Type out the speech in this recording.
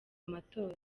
amatora